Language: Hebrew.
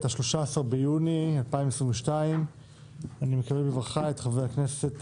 13 ביוני 2022. אני מקדם בברכה את חברי הכנסת